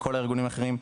וכל הארגונים האחרים,